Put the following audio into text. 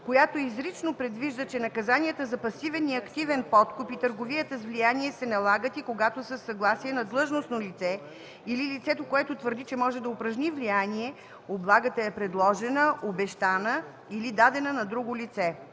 която изрично предвижда, че наказанията за пасивен и активен подкуп и търговия с влияние са налагат и когато със съгласие на длъжностно лице или лицето, което твърди, че може да упражни влияние, облагата е предложена, обещана или дадена на друго лице.